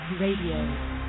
RADIO